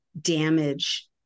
damage